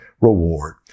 reward